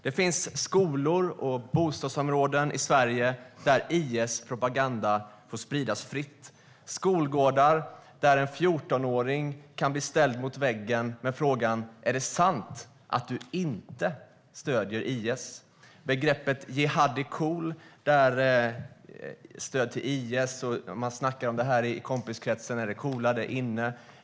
Det finns skolor och bostadsområden i Sverige där IS-propaganda får spridas fritt och skolgårdar där en 14-åring kan bli ställd mot väggen med frågan: Är det sant att du inte stöder IS? Det talas om begreppet jihadi cool. Det är stöd till IS. Man snackar om det i kompiskretsen. Det är det coola. Det är inne.